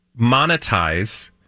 monetize